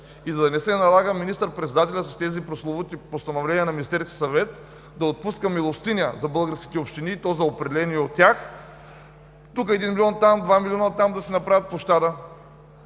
И за да не се налага министър председателят с тези прословути постановления на Министерския съвет да отпуска милостиня за българските общини, и то за определени от тях – тук един милион, там два милиона, там да си направят площада…